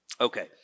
Okay